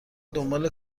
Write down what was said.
دنبال